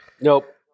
Nope